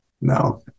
No